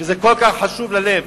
שזה כל כך חשוב ללב.